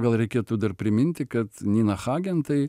gal reikėtų dar priminti kad nina hagen tai